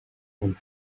and